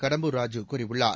கடம்பூர் ராஜூ கூறியுள்ளார்